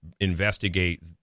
investigate